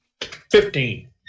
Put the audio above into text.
Fifteen